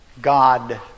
God